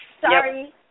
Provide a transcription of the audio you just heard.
Sorry